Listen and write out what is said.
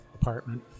apartment